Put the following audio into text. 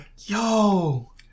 yo